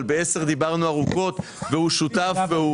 אבל ב-10:00 דיברנו ארוכות והוא שותף.